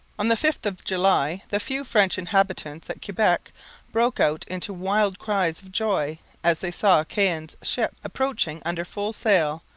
on the fifth of july the few french inhabitants at quebec broke out into wild cries of joy as they saw caen's ship approaching under full sail,